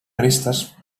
restes